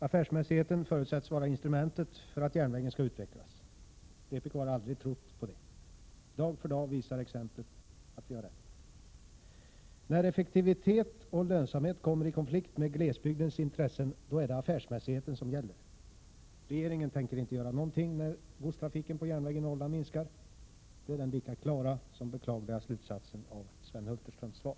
Affärsmässigheten förutsätts vara instrumentet för att järnvägen skall utvecklas. Vpk har aldrig trott på det. Dag för dag visar exempel att vi har rätt. När effektivitet och lönsamhet kommer i konflikt med glesbygdens intressen, så är det affärsmässigheten som gäller. Regeringen tänker inte göra någonting när godstrafiken på järnväg i Norrland minskar. Det är den lika klara som beklagliga slutsatsen av Sven Hulterströms svar.